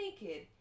naked